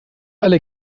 alle